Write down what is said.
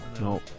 no